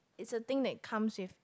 is a thing that comes with